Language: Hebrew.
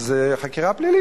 אז חקירה פלילית,